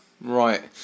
Right